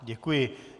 Děkuji.